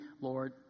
Lord